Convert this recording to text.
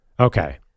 Okay